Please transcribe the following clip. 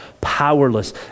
powerless